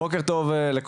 בוקר טוב לכולם,